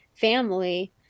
family